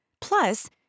Plus